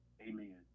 amen